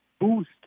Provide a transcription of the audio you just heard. boost